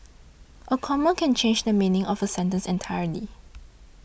a comma can change the meaning of a sentence entirely